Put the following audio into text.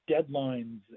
deadlines